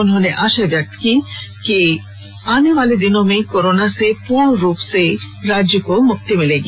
उन्होंने आशा व्यक्त की कि आने वाले दिनों में कोरोना से पूर्ण रूप से मुक्ति मिलेगी